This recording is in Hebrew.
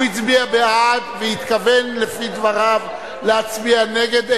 הוא הצביע בעד והתכוון, לפי דבריו, להצביע נגד.